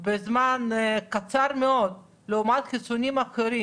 בזמן קצר מאוד לעומת חיסונים אחרים